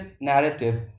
narrative